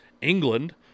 England